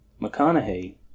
McConaughey